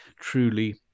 truly